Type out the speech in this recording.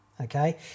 okay